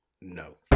no